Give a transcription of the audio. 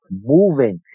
moving